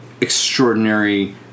extraordinary